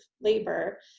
labor